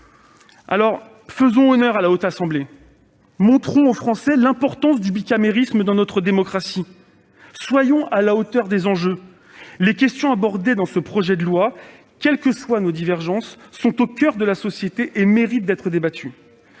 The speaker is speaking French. Alors, faisons honneur à la Haute Assemblée ! Montrons aux Français l'importance du bicamérisme dans notre démocratie ! Soyons à la hauteur des enjeux ! Les questions abordées dans ce projet de loi, quelles que soient nos divergences, sont au coeur de la société et méritent d'être débattues.